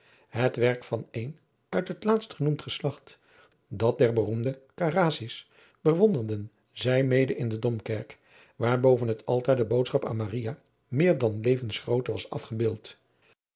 het werk van een uit het laatst genoemd geslacht dat der beroemde caracci's bewonderden zij mede in de domkerk waar boven het altaar de boodschap aan maria meer dan levensgrootte was afgebeeld